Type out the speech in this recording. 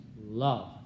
love